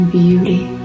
beauty